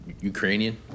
Ukrainian